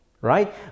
right